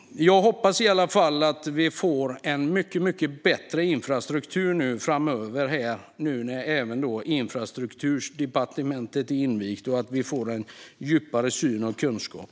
Jag hoppas att vi får en mycket bättre infrastruktur framöver nu när Infrastrukturdepartementet har invigts. Jag hoppas också på en djupare syn och kunskap.